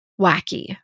wacky